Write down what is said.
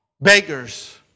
beggars